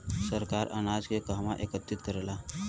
सरकार अनाज के कहवा एकत्रित करेला?